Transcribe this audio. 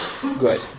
Good